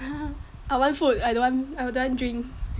I want food I don't want I don't want drink